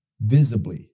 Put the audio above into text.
visibly